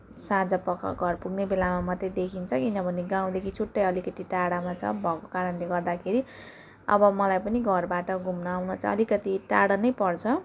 साझँपख घर पुग्ने बेलामा मात्रै देखिन्छ किनभने गाउँदेखि छुट्टै अलिकति टाढामा छ भएको कारणले गर्दाखेरि अब मलाई पनि घरबाट घुम्न आउन चाहिँ अलिकति टाढा नै पर्छ